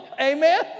Amen